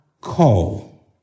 call